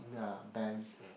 ya band